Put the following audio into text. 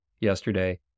yesterday